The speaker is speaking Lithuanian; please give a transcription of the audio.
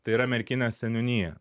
tai yra merkinės seniūnija